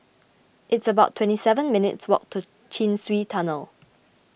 it's about twenty seven minutes' walk to Chin Swee Tunnel